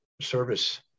service